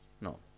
No